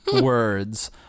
words